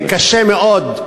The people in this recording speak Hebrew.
קשה מאוד,